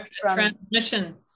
transmission